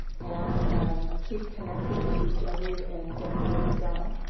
and and keep connected to each other and get the work done.